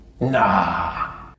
Nah